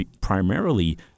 primarily